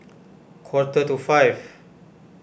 quarter to five